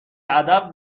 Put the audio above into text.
ادب